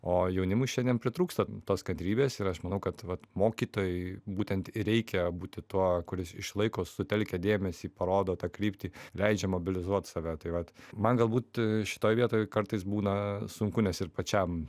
o jaunimui šiandien pritrūksta tos kantrybės ir aš manau kad vat mokytojui būtent ir reikia būti tuo kuris išlaiko sutelkia dėmesį parodo tą kryptį leidžia mobilizuot save tai vat man galbūt šitoj vietoj kartais būna sunku nes ir pačiam